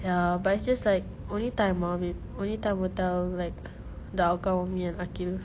ya but it's just like only time ah babe only time will tell like the outcome of with me and aqil